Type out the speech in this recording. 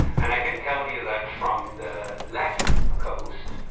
and i can tell you that from the left coast,